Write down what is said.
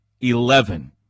Eleven